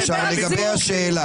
אף אחד לא דיבר על זיוף.